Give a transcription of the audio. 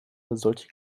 solche